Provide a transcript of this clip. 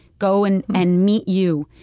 go and and meet you.